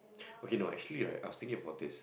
okay no actually right I was thinking about this